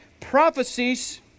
prophecies